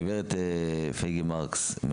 גברת פייגא מרקס,